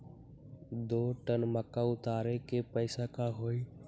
दो टन मक्का उतारे के पैसा का होई?